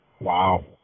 Wow